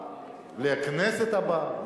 לכנסת הבאה,